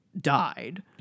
died